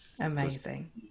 amazing